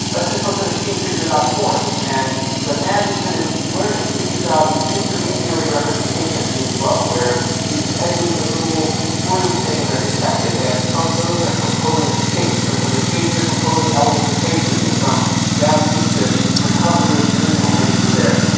let's just let the machine figure it out for us. and the magic that is deep learning figures out these intermediary representations at each level, where these edges and little swirly things are detected. and from those are composed shapes and from the shapes are composed elements of faces, and from that we get to recovery of the original faces there,